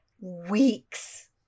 weeks